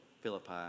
Philippi